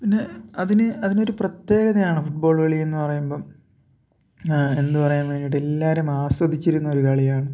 അതിന് അതിന് അതിനൊരു പ്രത്യേകതയാണ് ഫുട്ബോൾ കളി എന്ന് പറയുമ്പം ഞാൻ എന്ത് പറയാൻ അത് എല്ലാവരും ആസ്വധിച്ചിരുന്ന ഒരു കളിയാണ്